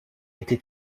été